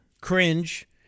cringe